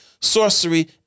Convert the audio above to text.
sorcery